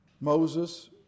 Moses